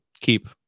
Keep